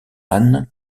anne